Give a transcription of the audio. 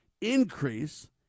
increase